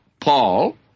Paul